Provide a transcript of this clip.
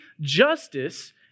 justice